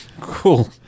Cool